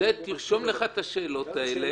תרשום לך את השאלות האלה.